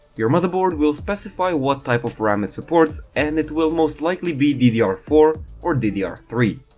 your motherboard will specify what type of ram it supports and it will most likely be d d r four or d d r three.